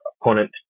opponent